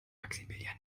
maximilian